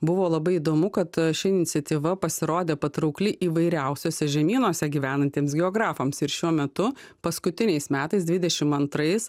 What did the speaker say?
buvo labai įdomu kad a ši iniciatyva pasirodė patraukli įvairiausiuose žemynuose gyvenantiems geografams ir šiuo metu paskutiniais metais dvidešimt antrais